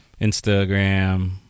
Instagram